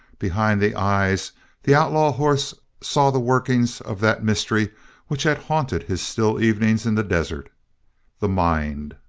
behind the eyes the outlaw horse saw the workings of that mystery which had haunted his still evenings in the desert the mind.